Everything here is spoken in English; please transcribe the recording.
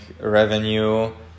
revenue